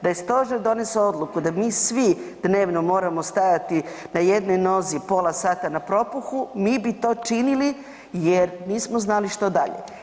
Da je stožer donesao odluku da mi svi dnevno moramo stajati na jednoj nozi pola sata na propuhu, mi bi to činili jer nismo znali što dalje.